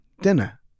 dinner